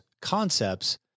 concepts